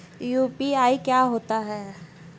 UPI क्या होता है?